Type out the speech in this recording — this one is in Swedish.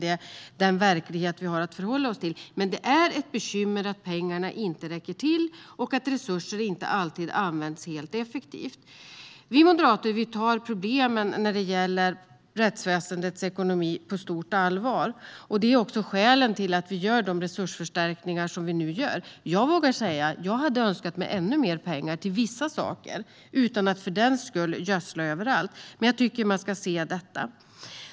Det är den verklighet vi har att förhålla oss till. Det är ett bekymmer att pengarna inte räcker till och att resurser inte alltid används helt effektivt. Vi moderater tar problemen i rättsväsendets ekonomi på stort allvar. Det är också skälen till att vi gör de resursförstärkningar vi nu gör. Jag vågar säga att jag hade önskat mig ännu mer pengar till vissa saker utan att för den skull gödsla överallt, men jag tycker att man ska se frågorna.